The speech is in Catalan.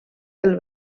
del